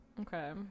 Okay